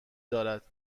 دارد